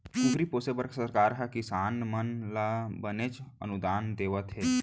कुकरी पोसे बर सरकार हर किसान मन ल बनेच अनुदान देवत हे